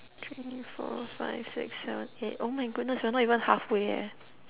three four five six seven eight oh my goodness we're not even halfway leh